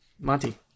Monty